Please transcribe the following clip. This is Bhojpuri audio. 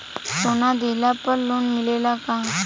सोना दिहला पर लोन मिलेला का?